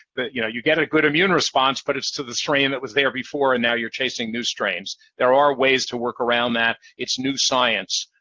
you know you get a good immune response, but it's to the strain that was there before, and now you're chasing new strains. there are ways to work around that. it's new science.